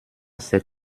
c’est